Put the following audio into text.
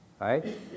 right